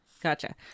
Gotcha